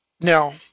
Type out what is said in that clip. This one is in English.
Now